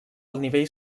nivell